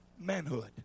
manhood